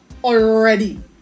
Already